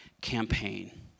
campaign